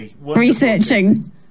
researching